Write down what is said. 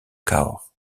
cahors